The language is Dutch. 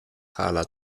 gala